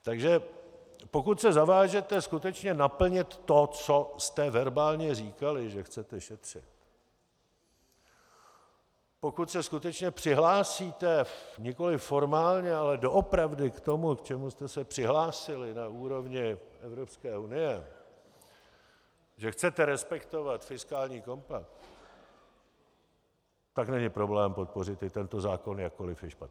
Takže pokud se zavážete skutečně naplnit to, co jste verbálně říkali, že chcete šetřit, pokud se skutečně přihlásíte nikoliv formálně, ale doopravdy k tomu, k čemu jste se přihlásili na úrovni Evropské unie, že chcete respektovat fiskální kompakt, tak není problém podpořit i tento zákon, jakkoliv je špatný.